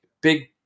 big